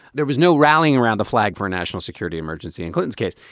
there was no rallying around the flag for national security emergency in glutens case.